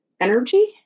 energy